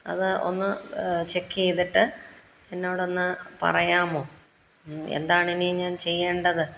അത് ഒന്ന് ചെക്ക് ചെയ്തിട്ട് എന്നോട് ഒന്ന് പറയാമോ എന്താണ് ഇനി ഞാൻ ചെയ്യേണ്ടത്